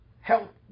help